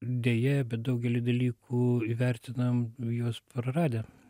deja bet daugelį dalykų įvertinam juos praradę